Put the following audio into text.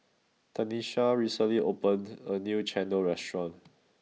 Tanesha recently opened a new Chendol restaurant